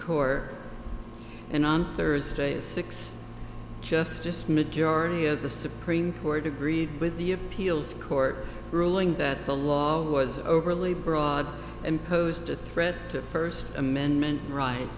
core and on thursday six just just majority of the supreme court agreed with the appeals court ruling that the law was overly broad and posed a threat to first amendment right